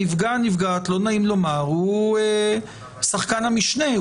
הנפגע או הנפגעת הם שחקן משנה,